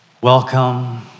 Welcome